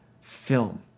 film